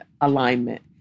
alignment